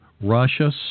Russia